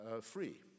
free